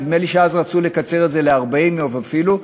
נדמה לי שאז רצו לקצר את זה ל-40 יום אפילו,